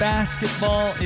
Basketball